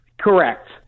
Correct